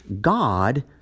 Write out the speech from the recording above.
God